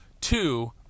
two